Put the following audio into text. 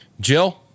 Jill